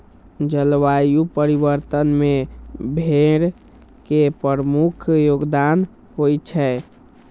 जलवायु परिवर्तन मे भेड़ के प्रमुख योगदान होइ छै